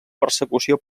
persecució